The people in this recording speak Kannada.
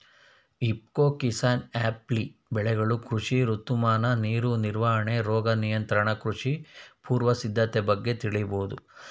ಇಫ್ಕೊ ಕಿಸಾನ್ಆ್ಯಪ್ಲಿ ಬೆಳೆಗಳು ಕೃಷಿ ಋತುಮಾನ ನೀರು ನಿರ್ವಹಣೆ ರೋಗ ನಿಯಂತ್ರಣ ಕೃಷಿ ಪೂರ್ವ ಸಿದ್ಧತೆ ಬಗ್ಗೆ ತಿಳಿಬೋದು